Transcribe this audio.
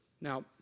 Now